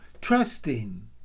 trusting